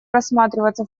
рассматриваться